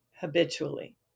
habitually